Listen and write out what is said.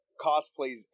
cosplays